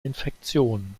infektion